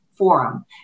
Forum